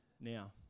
now